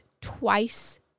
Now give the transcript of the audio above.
twice